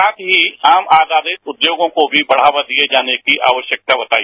साथ ही आम आधारित उद्योगों को भी बढ़ावा दिए जाने की आवश्यकता बताई